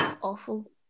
awful